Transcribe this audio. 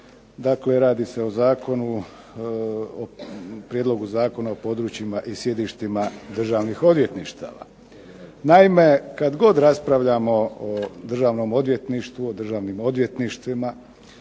Dakle, radi se o prijedlogu Zakona o područjima i sjedištima državnih odvjetništava. Naime, kad god raspravljamo o Državnom odvjetništvu, o državnim odvjetništvima,